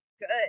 good